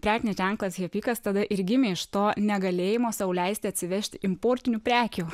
prekinis ženklas hepikas tada ir gimė iš to negalėjimo sau leisti atsivežti importinių prekių